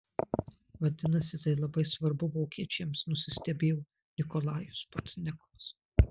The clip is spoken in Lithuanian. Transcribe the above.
vadinasi tai labai svarbu vokiečiams nusistebėjo nikolajus pozdniakovas